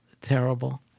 terrible